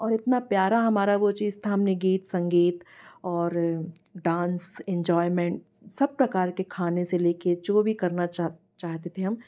और इतना प्यारा हमारा वो चीज था हमने गीत संगीत और डांस इजॉयमेंट सब प्रकार के खाने से लेकर जो भी करना चाहते थे हम